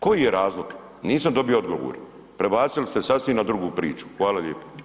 Koji je razlog, nisam dobio odgovor, prebacili ste sasvim na drugu priču.